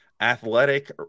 athletic